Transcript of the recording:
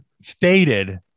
stated